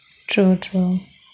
true true